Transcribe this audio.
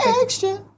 extra